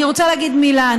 אני רוצה להגיד מילה.